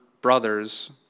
brothers